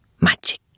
Magic